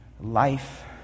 life